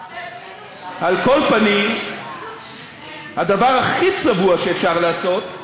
על כל פנים, הדבר הכי צבוע שאפשר לעשות,